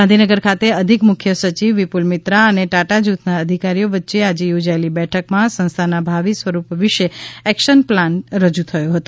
ગાંધીનગર ખાતે અધિક મુખ્ય સચિવ વિપુલ મિત્રા અને ટાટા જુથના અધિકારીઓ વચ્ચે આજે યોજાયેલી બેઠકમાં સંસ્થાના ભાવિ સ્વરૂપ વિશે એક્શન પ્લાન રજૂ થયો હતો